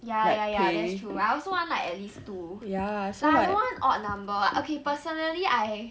ya ya ya that's true I also want like at least two like I don't want odd number ah okay personally I